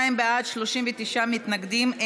42 בעד, 39 מתנגדים.